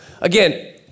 Again